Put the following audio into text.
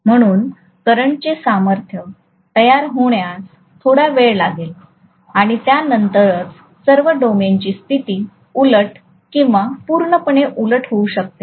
म्हणून करंटचे सामर्थ्य तयार होण्यास थोडा वेळ लागेल आणि त्यानंतरच सर्व डोमेनची स्थिती उलट किंवा पूर्णपणे उलट होऊ शकते